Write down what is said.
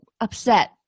upset